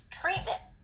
treatment